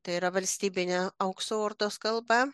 tai yra valstybinę aukso ordos kalbą